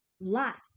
Lot